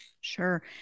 Sure